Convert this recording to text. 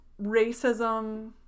racism